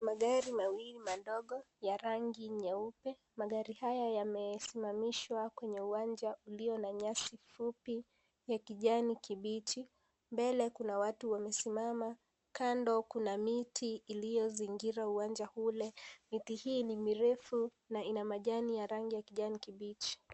Magari mawili madogo yana rangi nyeupe, magari haya yamesimamishwa kwenye uwanja ulio na nyasi fupi ya kijani kibichi mbele kuna watu wamesimama kando kuna miti iliyozingira uwanja ule, miti hii ni mirefu na ina majani ya rangi ya kijani kibichi.